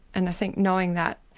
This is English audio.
and i think knowing that,